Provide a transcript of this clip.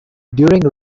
during